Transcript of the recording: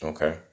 Okay